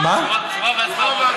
תשובה והצבעה במועד אחר.